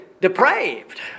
depraved